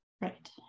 Right